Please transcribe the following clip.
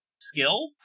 skill